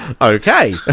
okay